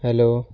hello